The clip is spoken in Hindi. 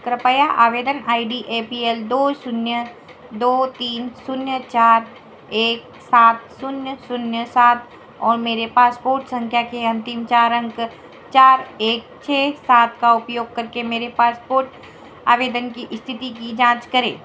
कृपया आवेदन I D A P L दो शून्य दो तीन शून्य चार एक सात शून्य शून्य सात और मेरे पासपोर्ट संख्या के अंतिम चार अंक चार एक छः सात का उपयोग करके मेरे पासपोर्ट आवेदन की स्थिति की जाँच करें